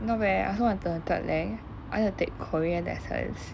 not bad leh I also want to take a third lang I wanted to take korean as a